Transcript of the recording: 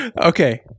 Okay